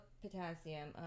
potassium